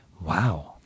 Wow